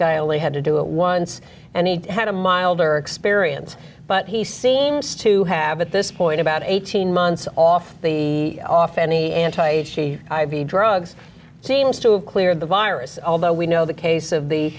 guy only had to do it once and he had a milder experience but he seems to have at this point about eighteen months off the off any anti i v drugs seems to have cleared the virus although we know the case of the